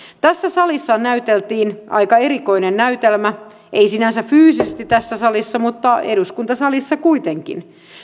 tässä salissa näyteltiin aika erikoinen näytelmä ei sinänsä fyysisesti tässä salissa mutta eduskuntasalissa kuitenkin